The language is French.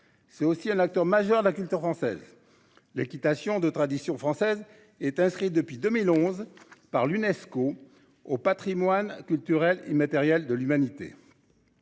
C'est aussi un acteur majeur de la culture française. L'équitation de tradition française est inscrit depuis 2011 par l'UNESCO au Patrimoine culturel immatériel de l'humanité.